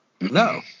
no